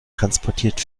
transportiert